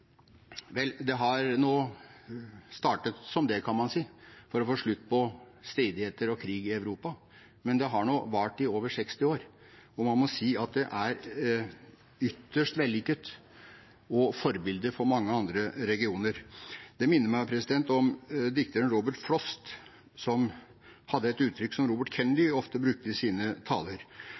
Vel, det startet som det, kan man si, for å få slutt på stridigheter og krig i Europa, men det har nå vart i over 60 år. Og man må si at det er ytterst vellykket og et forbilde for mange andre regioner. Det minner meg om dikteren Robert Frost, som hadde et uttrykk som Robert Kennedy ofte brukte i sine taler: